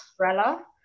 umbrella